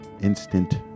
instant